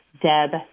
Deb